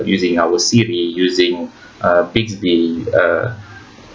using our siri using uh bixby uh